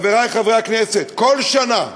חברי חברי הכנסת, כל שנה,